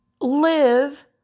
live